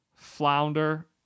flounder